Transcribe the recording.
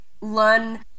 learn